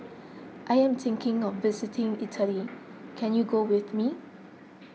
I am thinking of visiting Italy can you go with me